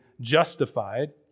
justified